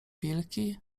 wilki